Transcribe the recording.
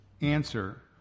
answer